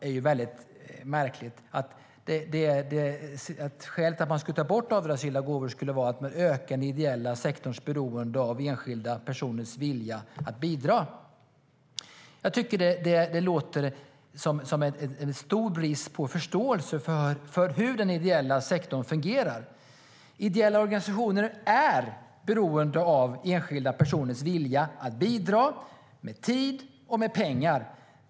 Det är ett märkligt uttalande att skälet till att man skulle ta bort avdragsrätten för gåvor skulle vara att det ökar den ideella sektorns beroende av enskilda personers vilja att bidra. Jag tycker att det låter som en stor brist på förståelse för hur den ideella sektorn fungerar. beroende av enskilda personers vilja att bidra med tid och med pengar.